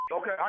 Okay